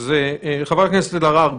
חברת הכנסת אלהרר,